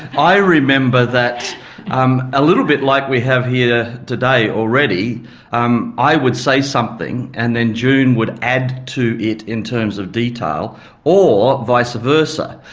i remember that um a little bit like we have here today already um i would say something and then june would add to it in terms of detail or vice versa.